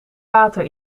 water